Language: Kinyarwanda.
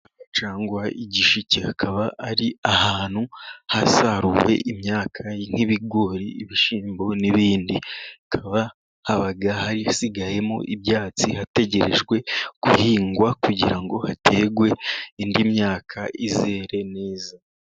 Cyangwa igishike hakaba ari ahantu hasaruwe imyaka nk'ibigori ibishyimbo n'ibindi, hakaba haba hasigayemo ibyatsi hategerejwe guhingwa, kugira ngo haterwe indi myaka izere neza.